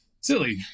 silly